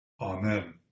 Amen